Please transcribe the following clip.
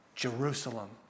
Jerusalem